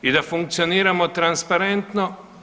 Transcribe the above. I da funkcioniramo transparentno.